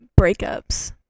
breakups